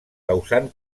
causant